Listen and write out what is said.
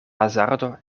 hazardo